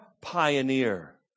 pioneer